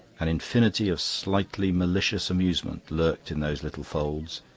an infinity of slightly malicious amusement lurked in those little folds,